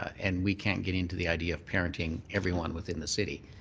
and we can't get into the idea of parenting everyone within the city.